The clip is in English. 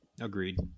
Agreed